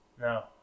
No